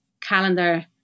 calendar